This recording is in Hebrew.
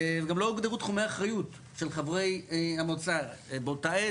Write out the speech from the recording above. גם לא הוגדרו תחומי אחריות של חברי המועצה באותה עת,